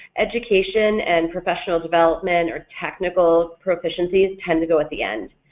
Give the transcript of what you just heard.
education and professional development or technical proficiencies tend to go at the end.